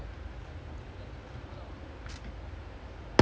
I mean சொல்லும் போது கேட்க கூடாது:sollum podhu ketka koodaathu you know what I mean like